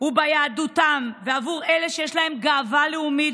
הוא ביהדותם ובעבור אלה שיש להם גאווה לאומית